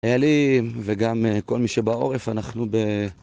היה לי וגם כל מי שבעורף, אנחנו ב...